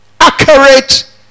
accurate